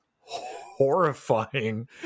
horrifying